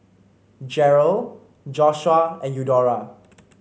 Jerold Joshuah and Eudora